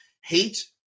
Hate